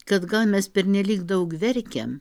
kad gal mes pernelyg daug verkiam